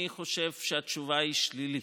אני חושב שהתשובה היא שלילית.